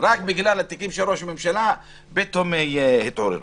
פתאום התעוררו.